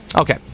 Okay